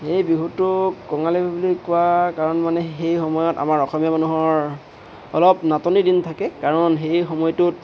সেই বিহুটোক কঙালী বিহু বুলি কোৱাৰ কাৰণ মানে সেই সময়ত আমাৰ অসমীয়া মানুহৰ অলপ নাটনি দিন থাকে কাৰণ সেই সময়টোত